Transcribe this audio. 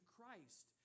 Christ